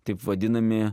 taip vadinami